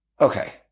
Okay